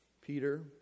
Peter